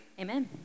Amen